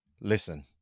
listen